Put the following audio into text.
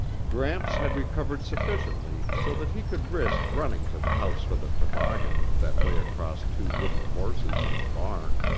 gramps had recovered sufficiently so that he could risk running to the house for the toboggan that lay across two wooden horses in the barn.